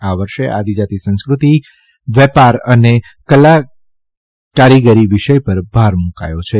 આ વર્ષે આદિજાતિ સંસ્કૃતિ વેપાર અને કલાકારીગરી વિષય પર ભાર મૂકાથો છે